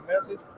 message